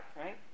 Right